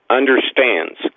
understands